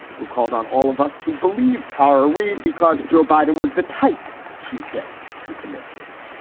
who called on all of us to believe tara reid because joe biden was the type, she said, to commit rape.